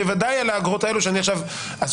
ובוודאי על האגרות האלו שאני עכשיו --- שוב,